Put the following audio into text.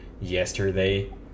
yesterday